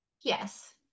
Yes